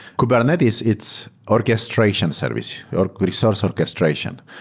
kubernetes, it's orchestration service, or resource orchestration.